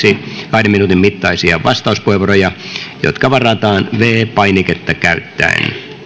kahden minuutin mittaisia vastauspuheenvuoroja jotka varataan viides painiketta käyttäen